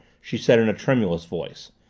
she said in a tremulous voice.